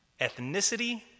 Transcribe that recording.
Ethnicity